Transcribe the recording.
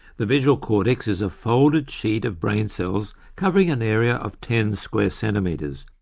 the visual cortex is a folded sheet of brain cells covering an area of ten square centimetres,